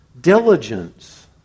diligence